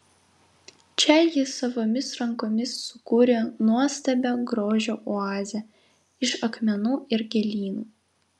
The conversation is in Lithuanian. čia ji savomis rankomis sukūrė nuostabią grožio oazę iš akmenų ir gėlynų